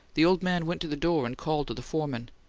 the old man went to the door and called to the foreman.